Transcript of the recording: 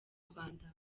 rwanda